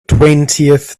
twentieth